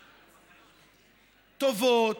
טובות,